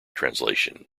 translation